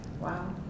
wow